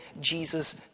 Jesus